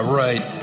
right